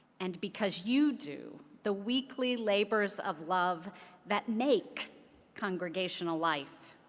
and because you do the weekly labors of love that make congregational life.